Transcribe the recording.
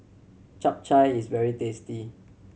Chap Chai is very tasty